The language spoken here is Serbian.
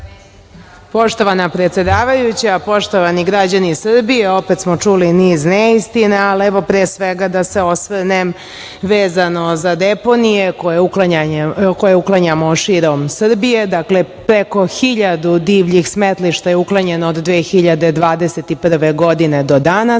Poštovana predsedavajuća, poštovani građani Srbije opet smo čuli niz neistina, ali evo pre svega da se osvrnem vezano za deponije koje uklanjamo širom Srbije. Dakle, preko 1.000 divljih smetlišta je uklonjeno od 2021. godine do danas,